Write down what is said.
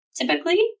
typically